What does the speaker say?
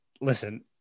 listen